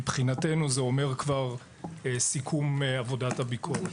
מבחינתנו זה אומר כבר סיכום עבודת הביקורת.